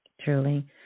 truly